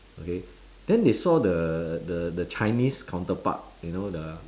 okay then they saw the the the chinese counterpart you know the